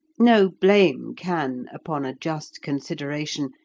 no blame can, upon a just consideration,